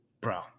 Bro